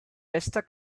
bester